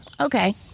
Okay